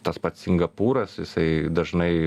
tas pats singapūras jisai dažnai